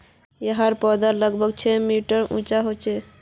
याहर पौधा लगभग छः मीटर उंचा होचे